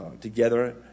together